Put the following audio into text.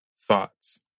thoughts